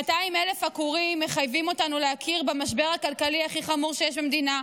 200,000 עקורים מחייבים אותנו להכיר במשבר הכלכלי הכי חמור שיש במדינה,